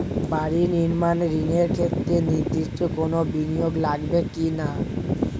বাড়ি নির্মাণ ঋণের ক্ষেত্রে নির্দিষ্ট কোনো বিনিয়োগ লাগবে কি না?